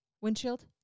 windshield